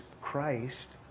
Christ